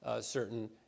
certain